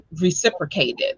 reciprocated